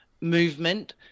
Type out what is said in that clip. movement